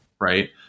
right